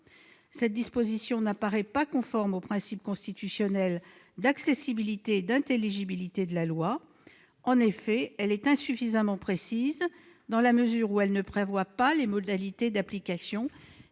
cette disposition ne paraît pas conforme au principe constitutionnel d'accessibilité et d'intelligibilité de la loi : elle est insuffisamment précise, dans la mesure où elle ne prévoit pas les modalités de son application.